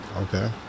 Okay